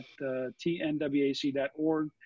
tnwac.org